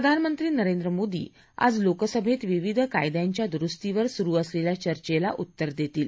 प्रधानमंत्री नरेंद्र मोदी आज लोकसभेत विविध कायद्यांच्या दुरुस्तीवर सुरु असलेल्या चर्चेला उत्तर देतील